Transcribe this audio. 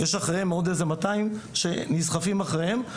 יש אחריהם עוד מאתיים שנסחפים אחריהם.